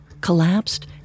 collapsed